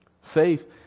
faith